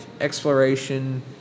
exploration